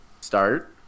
start